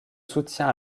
soutien